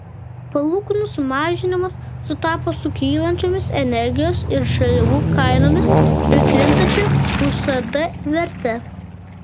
palūkanų sumažinimas sutapo su kylančiomis energijos ir žaliavų kainomis ir krintančia usd verte